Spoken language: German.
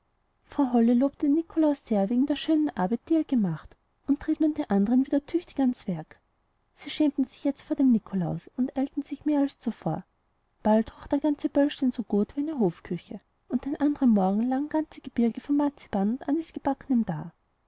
frau holle lobte den nikolaus sehr wegen der schönen arbeit die er gemacht und trieb nun die andern wieder tüchtig ans werk sie schämten sich jetzt vor dem nikolaus und eilten sich mehr als zuvor bald roch der ganze böllstein so gut wie eine hofküche und am andern morgen lagen ganze gebirge von marzipan und anisgebacknem fertig da